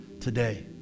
today